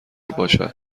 باشد